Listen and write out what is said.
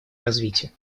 развития